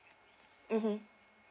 mmhmm